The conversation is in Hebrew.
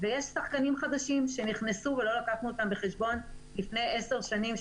ויש שחקנים חדשים שנכנסו ולא הבאנו אותם בחשבון לפני עשר שנים,